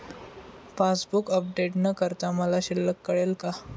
Passbook update न करता मला शिल्लक कळेल का?